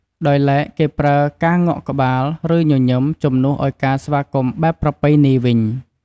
ដោយឡែក គេប្រើការងក់ក្បាល ឬ ញញឹម ជំនួសឲ្យការស្វាគមន៍បែបប្រពៃណីវិញ។